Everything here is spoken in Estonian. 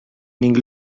ning